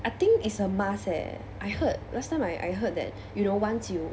I think is a must eh I heard last time I I heard that you know once you